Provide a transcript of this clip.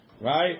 Right